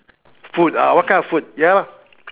food ah what kind of food ya